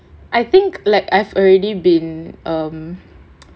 I think like I've already been err